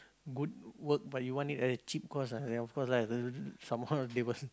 good work but you want it at a cheap cost ah then of course lah somehow they will